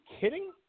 kidding